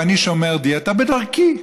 ואני שומר דיאטה בדרכי.